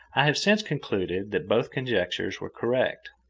i have since concluded that both conjectures were correct.